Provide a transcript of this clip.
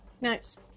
Nice